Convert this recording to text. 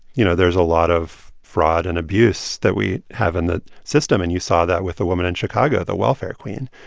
you know, there's a lot of fraud and abuse that we have in the system. and you saw that with the woman in chicago the welfare queen.